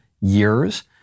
years